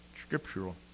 scriptural